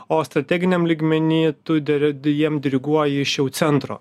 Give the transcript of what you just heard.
o strateginiam lygmenyj tu dar jiem diriguoji iš jau centro